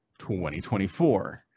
2024